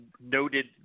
noted